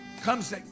comes